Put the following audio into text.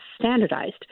standardized